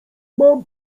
mam